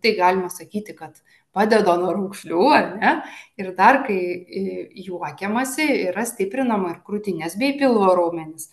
tai galima sakyti kad padeda nuo raukšlių ar ne ir dar kai juokiamasi yra stiprinama ir krūtinės bei pilvo raumenys